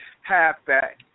halfback